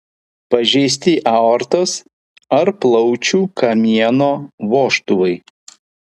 pažeisti aortos ar plaučių kamieno vožtuvai